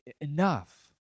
enough